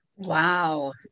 Wow